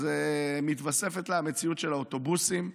אז מתווספת לה המציאות של האוטובוסים.